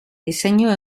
diseño